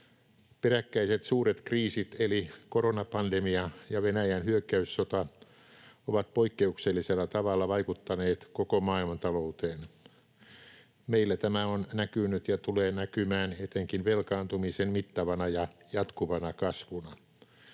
Peräkkäiset suuret kriisit, eli koronapandemia ja Venäjän hyökkäyssota, ovat poikkeuksellisella tavalla vaikuttaneet koko maailmantalouteen. Meillä tämä on näkynyt ja tulee näkymään etenkin velkaantumisen mittavana ja jatkuvana kasvuna.